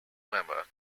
member